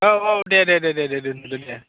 औ औ दे दे दे दे दे दोनदो दे